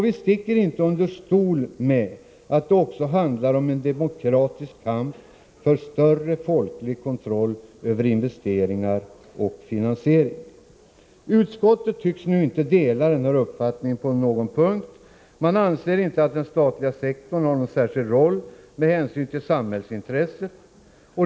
Vi sticker inte under stol med att det också handlar om en demokratisk kamp för större folklig kontroll över investeringar och finansieringsverksamhet. Utskottet tycks inte dela denna uppfattning på någon punkt. Det anser inte att den statliga sektorn har någon särskild roll med hänsyn till samhällsintresset.